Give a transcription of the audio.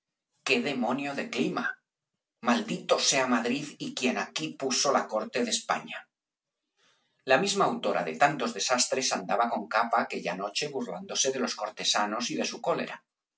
que demonio de clima maldito sea madrid y quien aquí puso la corte de españa la misma autora de tantos desastres andaba con capa aquella noche burlándose de los cortesanos y de su cólera